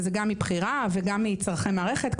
זה גם מבחירה וגם מצרכי מערכת.